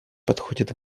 подходит